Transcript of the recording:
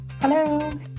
Hello